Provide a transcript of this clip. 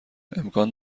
امکان